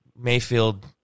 Mayfield